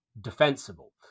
defensible